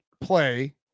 play